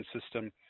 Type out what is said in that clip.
system